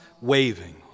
waving